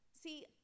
See